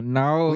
now